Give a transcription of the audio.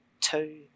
two